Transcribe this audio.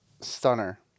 stunner